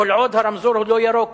כל עוד הרמזור לא ירוק,